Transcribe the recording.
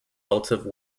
relative